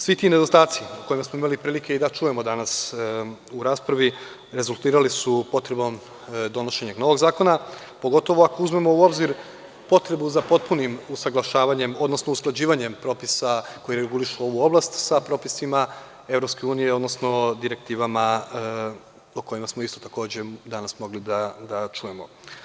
Svi ti nedostaci o kojima smo imali prilike i da čujemo danas u raspravi, rezultirali su potrebom donošenja novog zakona, pogotovu ako uzmemo u obzir potrebu za potpunim usaglašavanjem, odnosno usklađivanjem propisa koji regulišu ovu oblast, sa propisima EU, odnosno direktivama o kojima smo isto takođe danas mogli da čujemo.